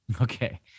Okay